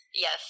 Yes